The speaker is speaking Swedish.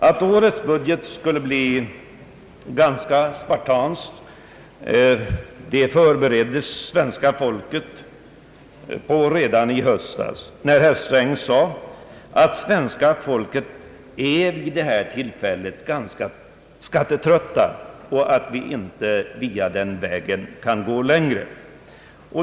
Att årets budget skulle bli ganska spartansk förbereddes svenska folket på redan i höstas, när herr Sträng sade att svenska folket nu är ganska skattetrött och att vi inte kan gå längre på den vägen.